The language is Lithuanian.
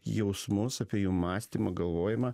jausmus apie jų mąstymą galvojimą